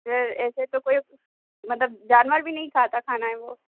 ایسے تو کوئی مطلب جانور بھی نہیں کھاتا کھانا ہے وہ